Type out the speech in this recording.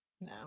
No